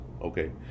okay